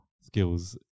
skills